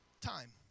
time